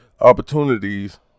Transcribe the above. opportunities